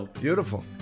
Beautiful